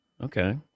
Okay